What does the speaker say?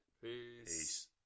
Peace